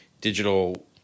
digital